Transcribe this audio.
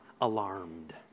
alarmed